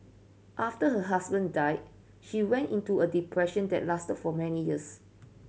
after her husband died she went into a depression that lasted for many years